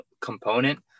component